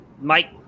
Mike